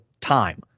time